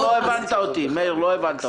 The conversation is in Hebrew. מאיר, לא הבנת אותי.